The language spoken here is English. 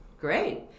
Great